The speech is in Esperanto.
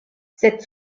sed